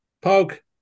Poke